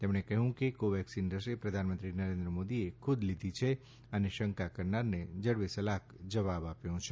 તેમણે કહ્યું કે કોવેક્સિન રસી પ્રધાનમંત્રી નરેન્દ્ર મોદીએ ખુદ લીધી છે અને શંકા કરનારને જડબે સલાખ જવાબ આપ્યો છે